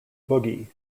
boogie